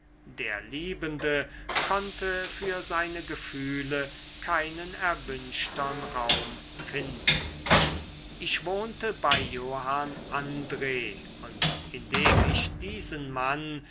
der liebende konnte für seine gefühle keinen erwünschtern raum finden ich wohnte bei johann andr und indem ich diesen mann